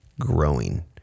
growing